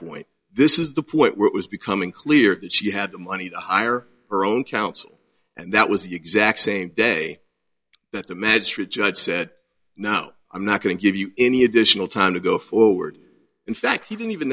point this is the point where it was becoming clear that she had the money to hire her own counsel and that was the exact same day that the magistrate judge said no i'm not going to give you any additional time to go forward in fact he didn't even